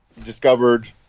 Discovered